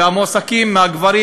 ומהגברים,